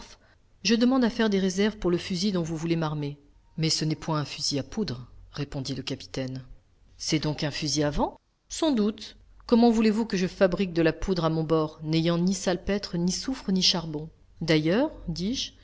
je demande à faire des réserves pour le fusil dont vous voulez m'armer mais ce n'est point un fusil à poudre répondit le capitaine c'est donc un fusil à vent sans doute comment voulez-vous que je fabrique de la poudre à mon bord n'ayant ni salpêtre ni soufre ni charbon d'ailleurs dis-je